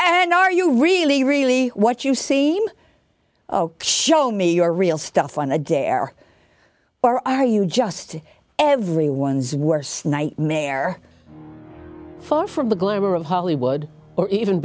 and are you really really what you seem show me your real stuff on a dare or are you just everyone's worst nightmare far from the glamour of hollywood or even